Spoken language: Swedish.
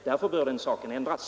Därför bör den saken ändras.